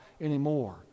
anymore